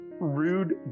rude